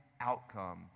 outcome